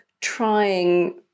trying